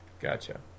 Gotcha